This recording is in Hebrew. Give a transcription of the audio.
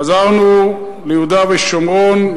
חזרנו ליהודה ושומרון,